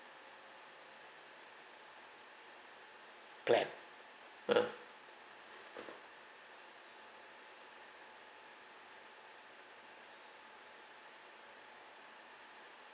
plan uh